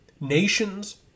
Nations